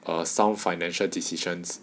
err sound financial decisions